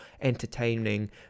entertaining